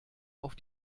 auf